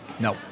No